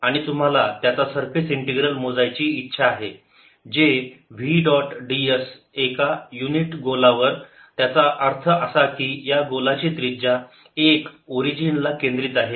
आणि तुम्हाला त्याचा सरफेस इंटीग्रल मोजायची इच्छा आहे जे v डॉट ds एका युनिट गोलावर त्याचा अर्थ असा की या गोलाची त्रिज्या 1 ओरिजिन ला केंद्रित आहे